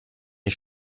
ich